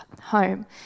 home